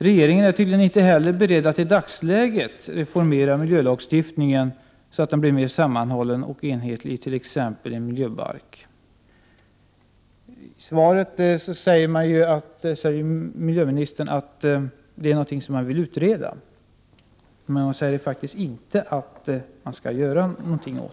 Regeringen är tydligen inte heller beredd att i dagsläget reformera miljölagstiftningen så att den blir mer sammanhållen och enhetlig i t.ex. en miljöbalk. I svaret säger miljöministern att detta är en fråga som hon vill utreda, men hon säger inte att hon vill göra något.